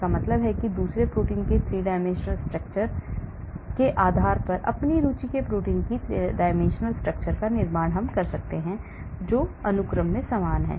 इसका मतलब है कि मैं दूसरे प्रोटीन के 3 आयामी संरचना के आधार पर अपनी रुचि के प्रोटीन की 3 dimensional structure का निर्माण करता हूं जो अनुक्रम में समान है